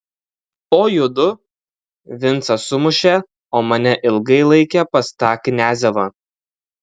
o judu vincą sumušė o mane ilgai laikė pas tą kniazevą